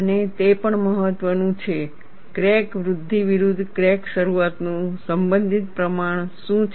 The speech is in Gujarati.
અને તે પણ મહત્વનું છે ક્રેક વૃદ્ધિ વિરુદ્ધ ક્રેક શરૂઆતનું સંબંધિત પ્રમાણ શું છે